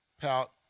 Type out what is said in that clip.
Pout